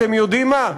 אתם יודעים מה?